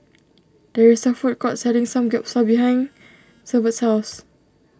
there is a food court selling Samgyeopsal behind Severt's house